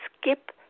skip